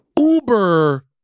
uber